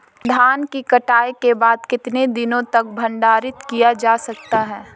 धान की कटाई के बाद कितने दिनों तक भंडारित किया जा सकता है?